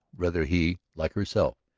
whether he, like herself,